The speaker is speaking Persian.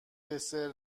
دسر